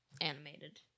animated